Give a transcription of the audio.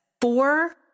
four